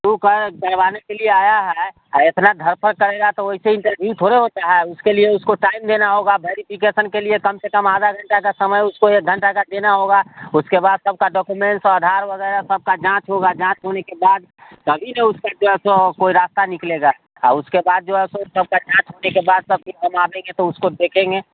है करवाने के लिए आया है आ इतना घरपड़ करेगा तो वैसे इन्टरव्यू थोड़े होता है उसके लिए उसको टाइम देना होगा भेरिफिकेसन के लिए कम से कम आधा घंटा का समय उसको एक घंटा का देना होगा उसके बाद सबका डॉकोमेंट्स आधार वगैरह सबका जाँच होगा जाँच होने के बाद तभी ना उसको जो है सो कोई रास्ता निकलेगा आ उसके बाद जो है सो सबका जाँच होने के बाद सबकी हम आवेंगे तो उसको देखेंगे